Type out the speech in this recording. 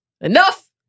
enough